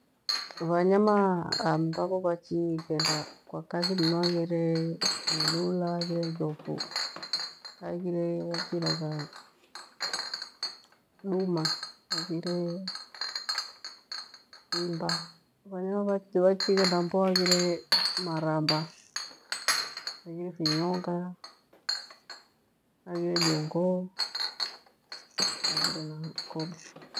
Vanyama ambavo vachigenda kwa kadhi mnu aghire mlula, aghire njofu, aghire hachiragha duma, haghire imba. Vanyama vyachighenda mbo aghire maramba, angire kinyonga, haghire jongoo, haghire na kobe.